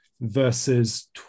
verses